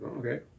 Okay